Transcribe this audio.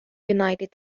united